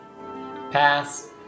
Pass